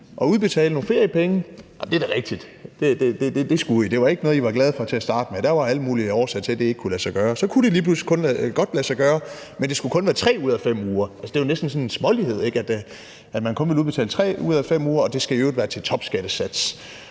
at udbetale nogle feriepenge – og det er da rigtigt, at regeringen skulle det. Det var ikke noget, regeringen var glad for til at starte med, for der var alle mulige årsager til, at det ikke kunne lade sig gøre, og så kunne det lige pludselig godt lade sig gøre, men det skulle kun være 3 ud af 5 uger. Altså, det er næsten sådan lidt smålighed, at man kun vil udbetale 3 ud af 5 uger, og det skal i øvrigt være til topskattesats.